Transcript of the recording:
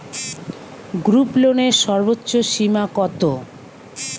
গ্রুপলোনের সর্বোচ্চ সীমা কত?